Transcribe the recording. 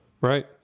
Right